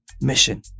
mission